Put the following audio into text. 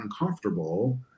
uncomfortable